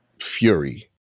Fury